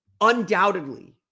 undoubtedly